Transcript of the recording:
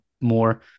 more